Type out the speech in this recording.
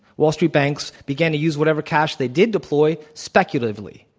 wall street banks began to use whatever cash they did deploy speculatively,